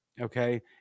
okay